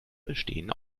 bestehen